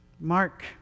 mark